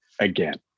again